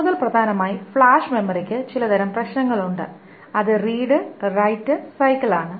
കൂടുതൽ പ്രധാനമായി ഫ്ലാഷ് മെമ്മറിക്ക് ചില തരം പ്രശ്നങ്ങൾ ഉണ്ട് അത് റീഡ് റൈറ്റ് സൈക്കിൾ ആണ്